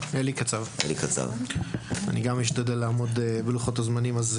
גם אני אשתדל לעמוד בלוחות הזמנים.